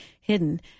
hidden